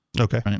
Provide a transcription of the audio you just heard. Okay